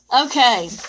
Okay